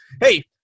hey